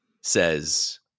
says